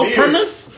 premise